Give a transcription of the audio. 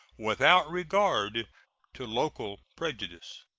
without regard to local prejudice.